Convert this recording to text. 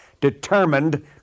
determined